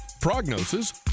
prognosis